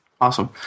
Awesome